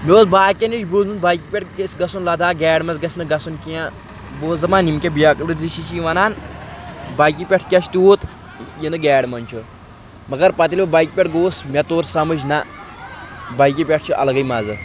مےٚ اوس باقٕیَن نِش بوٗزمُت بایکہِ پٮ۪ٹھ تہِ گژھِ گژھُن لَداخ گاڑِ منٛز گژھِ نہٕ گژھُن کینٛہہ بہٕ اوسُس دپان یِم کہِ بیکلٲزی چھِ چھِ یہِ وَنان بایکہِ پٮ۪ٹھ کیٛاہ چھِ تیوٗت یِنہٕ گاڑِ منٛز چھُ مگر پَتہٕ ییٚلہِ بٕہ بایکہِ پٮ۪ٹھ گوٚوُس مےٚ تور سَمٕجھ نہ بایکہِ پٮ۪ٹھ چھِ اَلگٕے مَزٕ